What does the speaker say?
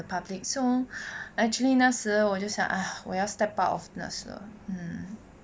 public so actually 那时我就想 !aiya! 我要 step out of nurse liao